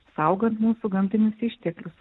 saugant mūsų gamtinius išteklius